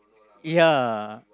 ya